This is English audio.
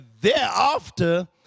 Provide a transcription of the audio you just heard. thereafter